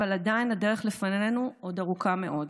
אבל עדיין הדרך לפנינו עוד ארוכה מאוד.